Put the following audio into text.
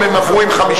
אם הן עברו עם 50,